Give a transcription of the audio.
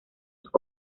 sus